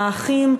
האחים,